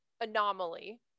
anomaly